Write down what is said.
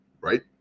right